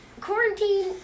Quarantine